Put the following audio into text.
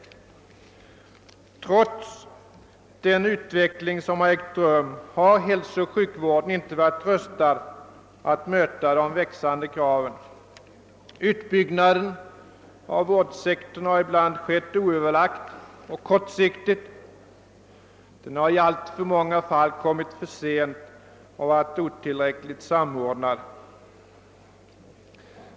Trots utvecklingen har hälsooch sjukvården inte varit rustad att möta de växande kraven. Utbyggnaden av vårdsektorn har ibland skett oöverlagt och kortsiktigt. I alltför många fall har den kommit för sent och varit otillräckligt samordnad.